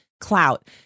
clout